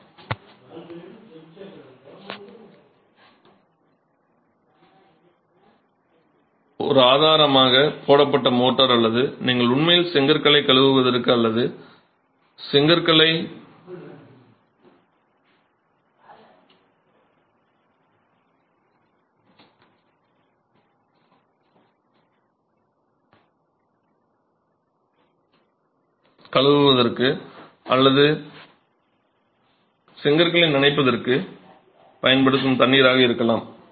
எனவே ஒரு ஆதாரம் புதிதாகப் போடப்பட்ட மோர்ட்டார் அல்லது நீங்கள் உண்மையில் செங்கற்களைக் கழுவுவதற்கு அல்லது செங்கற்களை நனைப்பதற்குப் பயன்படுத்தும் தண்ணீராக இருக்கலாம்